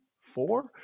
four